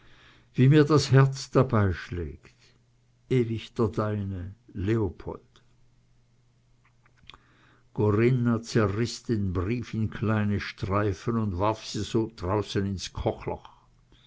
wie mir das herz dabei schlägt ewig der deine leopold corinna zerriß den brief in kleine streifen und warf sie draußen ins